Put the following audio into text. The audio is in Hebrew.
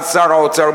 אז שר האוצר,